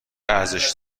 ارزش